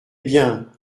bien